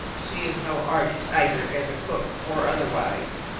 she is no artist either as a cook or otherwise.